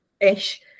ish